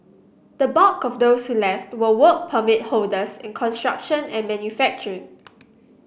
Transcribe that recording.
the bulk of those who left were Work Permit holders in construction and manufacturing